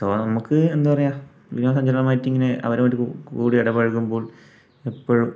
so നമുക്ക് എന്താ പറയുക വിനോദ സഞ്ചാരികളുമായിട്ടിങ്ങനെ അവരുമായിട്ട് കൂടി ഇടപഴകുമ്പോൾ എപ്പോഴും